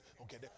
okay